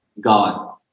God